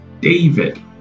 David